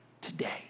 today